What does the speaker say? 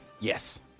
Yes